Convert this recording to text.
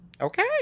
Okay